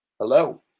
Hello